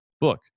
Book